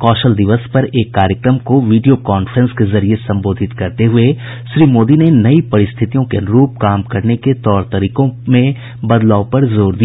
कौशल दिवस पर एक कार्यक्रम को वीडियो कांफ्रेंस के जरिये संबोधित करते हुये श्री मोदी ने नई परिस्थितियों के अनुरूप काम करने के तौर तरीकों में बदलाव पर जोर दिया